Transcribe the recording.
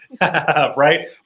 Right